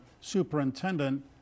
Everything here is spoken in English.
superintendent